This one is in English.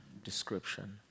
description